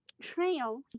Trail